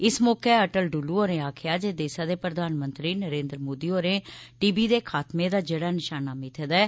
इस मौके अटल डुल्लु होरें गलाया जे देसै दे प्रधानमंत्री नरेन्द्र मोदी होरें टीबी दे खात्मे दा जेहड़ा निशाना मित्थे दा ऐ